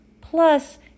plus